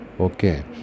okay